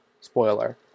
Spoiler